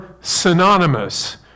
synonymous